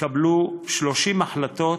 התקבלו 30 החלטות